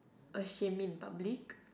ashame me in public